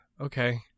okay